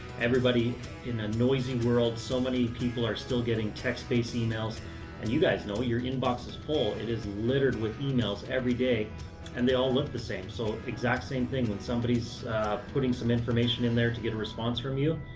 everybody in a noisy world, so many people are still getting text-based emails and you guys know your inbox is full. it is littered with emails every day and they all look the same. so exact same thing when somebody's putting some information in there to get a response from you,